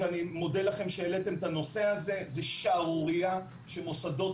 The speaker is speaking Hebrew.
ואני מודה לכם שהעליתם את הנושא הזה זאת שערורייה שמוסדות,